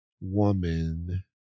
Woman